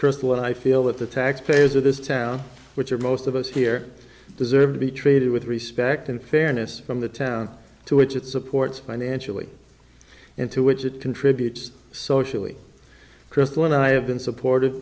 cristal i feel that the taxpayers of this town which are most of us here deserve to be treated with respect and fairness from the town to which it supports financially and to which it contributes socially crystal and i have been supportive